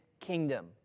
kingdom